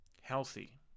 healthy